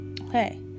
Okay